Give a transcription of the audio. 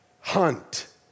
hunt